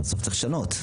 בסוף צריך לשנות.